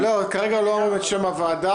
כרגע לא אומרים את שם הוועדה,